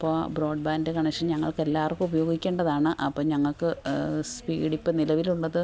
അപ്പോൾ broadband connection ഞങ്ങൾക്കെല്ലാവർക്കും ഉപയോഗിക്കേണ്ടതാണ് അപ്പം ഞങ്ങൾക്ക് സ്പീഡ് ഇപ്പോൾ നിലവിലുള്ളത്